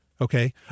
Okay